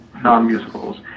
non-musicals